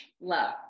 love